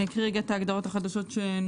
אני אקריא רגע את ההגדרות החדשות שנוספו.